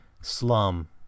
slum